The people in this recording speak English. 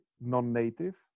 non-native